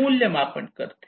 मूल्यमापन करते